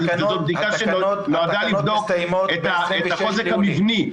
וזו בדיקה שנועדה לבדוק את החוזק המבני.